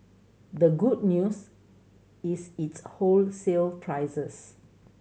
the good news is its wholesale prices